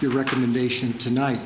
your recommendation tonight